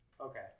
Okay